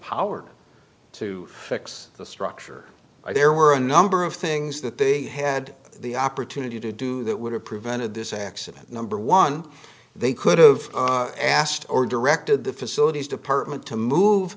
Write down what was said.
empowered to fix the structure there were a number of things that they had the opportunity to do that would have prevented this accident number one they could have asked or directed the facilities department to move